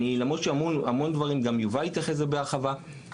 גם יובל התייחס בהרחבה להרבה מהדברים,